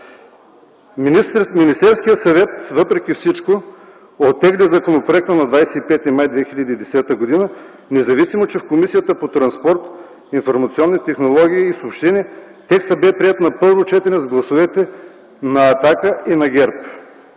Министерският съвет въпреки всичко оттегли законопроекта на 25 май 2010 г., независимо че в Комисията по транспорт, информационни технологии и съобщения текстът беше приет на първо четене с гласовете на „Атака” и на ГЕРБ.